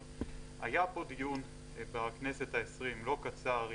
אבל היה פה דיון בכנסת העשרים לא קצר,